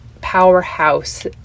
powerhouse